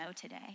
today